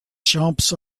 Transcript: jumps